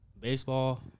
baseball